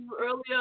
Earlier